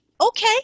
okay